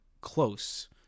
close